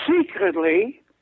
secretly